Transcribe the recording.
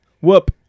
whoop